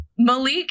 Malik